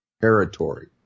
territory